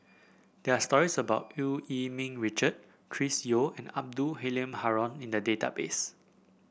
there are stories about Eu Yee Ming Richard Chris Yeo and Abdul Halim Haron in the database